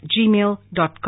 gmail.com